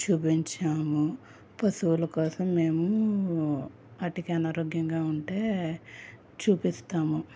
చూపించాము పశువుల కోసం మేము వాటికి అనారోగ్యంగా ఉంటే చూపిస్తాము